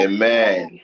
Amen